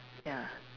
ya